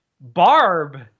Barb